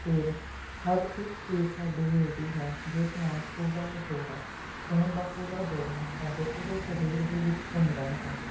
ਸਿਰ ਹਰ ਇੱਕ ਚੀਜ਼ ਸਾਡੀ ਆਉਂਦੀ ਹੈ ਜਿਸ ਨਾਲ ਪੂਰਾ ਦੌਰਾ ਖੂਨ ਦਾ ਪੂਰਾ ਦੌਰਾ ਸਾਡੇ ਪੂਰੇ ਸਰੀਰ ਦੇ ਵਿੱਚ ਘੁੰਮਦਾ ਹੈ